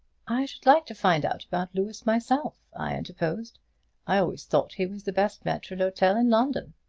i should like to find out about louis myself, i interposed. i always thought he was the best maitre d'hotel in london.